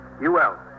U-L